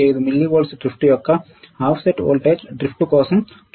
15 మిల్లీ వోల్ట్ల డ్రిఫ్ట్ యొక్క ఆఫ్సెట్ వోల్టేజ్ డ్రిఫ్ట్ కోసం చూద్దాం